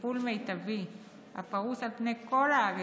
לטיפול מיטבי הפרוס על פני כל הארץ,